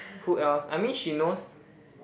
who else I mean she knows